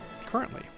currently